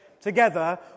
together